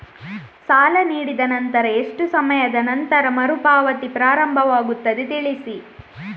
ಸಾಲ ನೀಡಿದ ನಂತರ ಎಷ್ಟು ಸಮಯದ ನಂತರ ಮರುಪಾವತಿ ಪ್ರಾರಂಭವಾಗುತ್ತದೆ ತಿಳಿಸಿ?